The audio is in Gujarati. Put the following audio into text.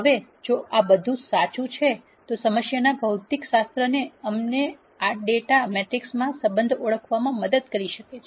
હવે જો આ બધું સાચું છે તો સમસ્યાના ભૌતિકશાસ્ત્રએ અમને આ ડેટા મેટ્રિક્સમાં સંબંધ ઓળખવામાં મદદ કરી છે